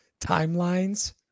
timelines